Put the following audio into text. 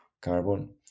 carbon